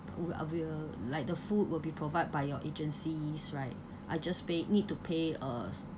will like the food will be provide by your agencies right I just pay need to pay a